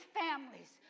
families